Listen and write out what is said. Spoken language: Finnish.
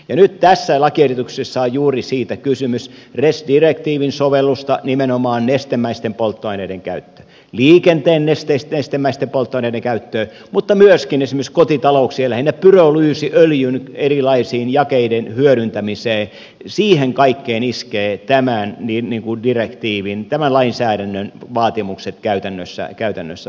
nyt tässä lakiesityksessä on juuri siitä kysymys res direktiivin sovelluksesta nimenomaan nestemäisten polttoaineiden käyttöön liikenteen nestemäisten polttoaineiden käyttöön mutta myöskin esimerkiksi kotitalouksien lähinnä pyrolyysiöljyn erilaisten jakeiden hyödyntämiseen siihen kaikkeen iskevät tämän direktiivin tämän lainsäädännön vaatimukset käytännössä suomessa